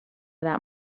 that